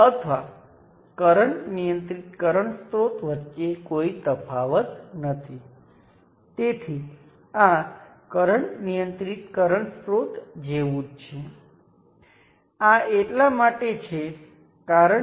અને જો તમે આ ફેરફાર કરશો તો સર્કિટમાં કોઈ શાખા વોલ્ટેજ અથવા કરંટ બદલાશે નહીં બીજા શબ્દોમાં કહીએ તો સર્કિટમાં કાંઈ બદલાશે નહીં